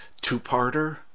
two-parter